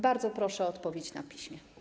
Bardzo proszę o odpowiedź na piśmie.